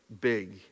big